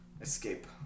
escape